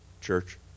church